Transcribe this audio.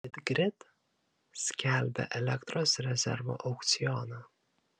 litgrid skelbia elektros rezervo aukcioną